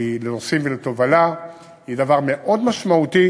לנוסעים ולתובלה, היא דבר מאוד משמעותי